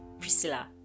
Priscilla